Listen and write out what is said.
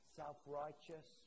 self-righteous